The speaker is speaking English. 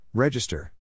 Register